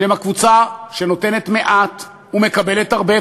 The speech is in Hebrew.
שהם הקבוצה שנותנת מעט ומקבלת הרבה,